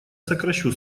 сокращу